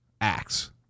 acts